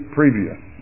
previous